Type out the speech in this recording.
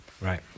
right